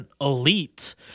elite